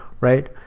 Right